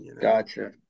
Gotcha